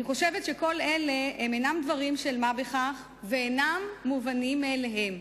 אני חושבת שכל אלה אינם דברים של מה בכך ואינם מובנים מאליהם.